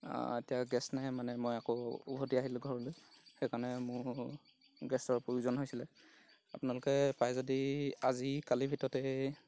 এতিয়া গেছ নাই মানে মই আকৌ উভতি আহিলোঁ ঘৰলৈ সেইকাৰণে মোৰ গেছৰ প্ৰয়োজন হৈছিলে আপোনালোকে পাই যদি আজি কালিৰ ভিতৰতে